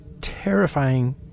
terrifying